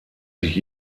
sich